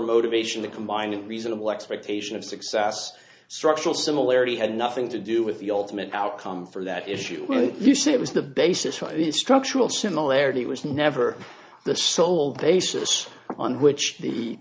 motivation to combine and reasonable expectation of success structural similarity had nothing to do with the ultimate outcome for that issue you say it was the basis for structural similarity was never the sole basis on which he